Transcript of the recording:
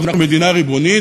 אנחנו מדינה ריבונית,